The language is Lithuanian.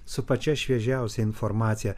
su pačia šviežiausia informacija